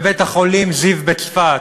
בבית-החולים זיו בצפת.